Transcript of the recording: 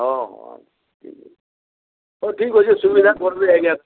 ହଁ ହଁ ଠିକ୍ ଅଛେ ହଉ ଠିକ୍ ଅଛେ ସୁବିଧା କର୍ମି ଆଜ୍ଞା